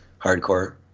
hardcore